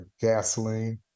gasoline